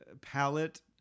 palette